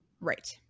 right